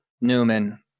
Newman